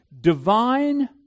divine